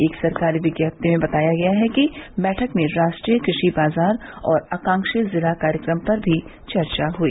एक सरकारी विज्ञप्ति में बताया गया है कि बैठक में राष्ट्रीय कृषि बाजार और आकांक्षी जिला कार्यक्रम पर भी चर्चा हुई